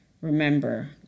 Remember